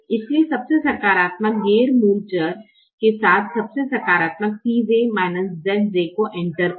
इसलिए सबसे सकारात्मक गैर मूल चर नॉन बेसिक वरीयब्लेस के साथ सबसे सकारात्मक Cj Zj को एंटर करें